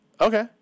okay